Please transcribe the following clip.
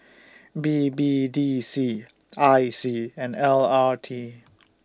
B B D C I C and L R T